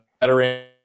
better